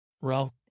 Ralph